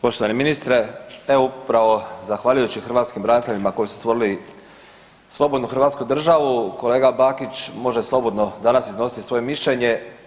Poštovani ministre, evo upravo zahvaljujući hrvatskim braniteljima koji su stvorili slobodnu Hrvatsku državu kolega Bakić može slobodno danas iznositi svoje mišljenje.